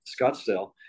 Scottsdale